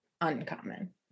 uncommon